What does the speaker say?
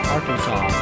Arkansas